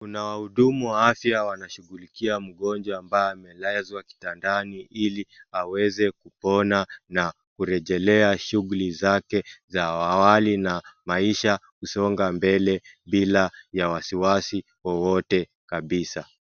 Kuna wahudumu wa afya wanashughulikia mgonjwa ambaye amelazwa kitandani ili aweze kupona na kurejelea shughuli zake za awali na maisha kusonga mbele bila ya wasiwasi wowote kabisa.